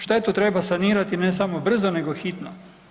Štetu treba sanirati ne samo brzo nego hitno.